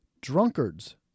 Drunkards